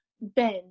Ben